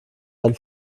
ein